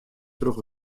troch